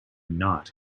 not